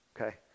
okay